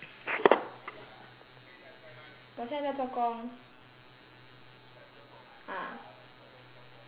我现在做工